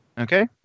Okay